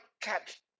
catch